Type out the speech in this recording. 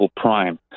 prime